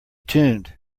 tuned